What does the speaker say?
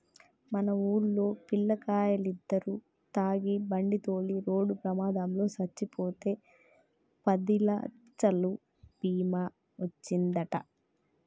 మన వూల్లో పిల్లకాయలిద్దరు తాగి బండితోలి రోడ్డు ప్రమాదంలో సచ్చిపోతే పదిలచ్చలు బీమా ఒచ్చిందంట